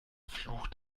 fluch